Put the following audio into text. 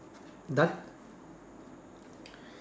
done